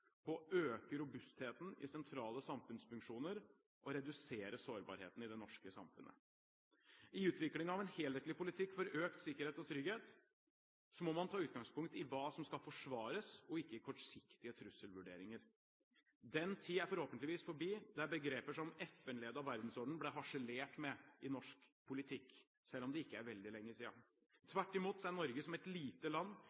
på å øke robustheten i sentrale samfunnsfunksjoner og redusere sårbarheten i det norske samfunnet. I utviklingen av en helhetlig politikk for økt sikkerhet og trygghet må man ta utgangspunkt i hva som skal forsvares, og ikke kortsiktige trusselvurderinger. Den tid er forhåpentligvis forbi da begreper som «FN-ledet verdensorden» ble harselert med i norsk politikk, selv om det ikke er veldig lenge siden. Tvert imot er Norge som et lite land